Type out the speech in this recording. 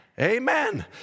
Amen